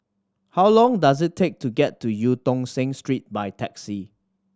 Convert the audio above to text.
how long does it take to get to Eu Tong Sen Street by taxi